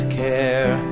care